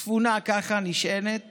ספונה, ככה נשענת